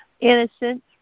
innocent